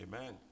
Amen